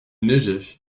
neigeait